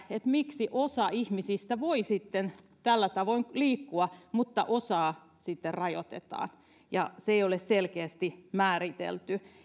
miksi osa ihmisistä voi sitten tällä tavoin liikkua mutta osaa sitten rajoitetaan sitä ei ole selkeästi määritelty